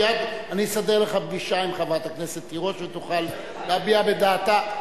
מייד אני אסדר לך פגישה עם חברת הכנסת תירוש ותוכל להביע את דעתך.